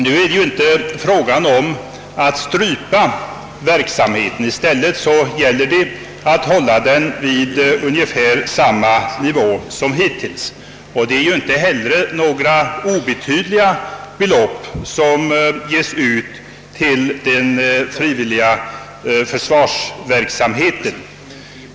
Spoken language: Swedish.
Nu är det emellertid inte fråga om att strypa verksamheten, utan det gäller att hålla den vid ungefär samma nivå som hittills. Det är ju heller inte några obetydliga belopp som ges till den frivilliga försvarsverksamheten.